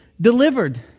delivered